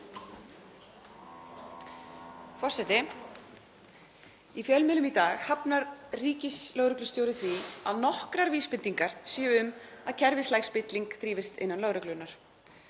Forseti. Í fjölmiðlum í dag hafnar ríkislögreglustjóri því að nokkrar vísbendingar séu um að kerfislæg spilling þrífist innan lögreglunnar.